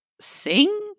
sing